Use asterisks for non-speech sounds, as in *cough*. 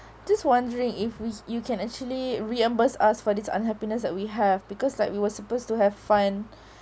just wondering if we you can actually reimburse us for this unhappiness that we have because like we were supposed to have fun *breath*